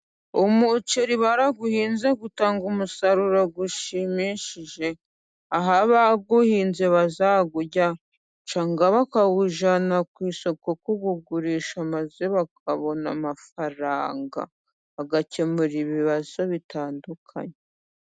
Umuceri barawuhinze utanga umusaruro ushimishije, aho abawuhinze bazawurya cyangwa bakawujyana ku isoko kuwugurisha maze bakabona amafaranga, bagakemura ibibazo bitandukanye.